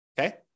okay